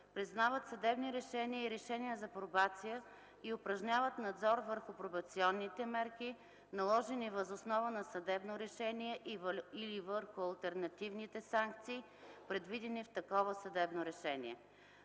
признават съдебни решения и решения за пробация, и упражняват надзор върху пробационните мерки, наложени въз основа на съдебно решение или върху алтернативните санкции, предвидени в такова съдебно решение.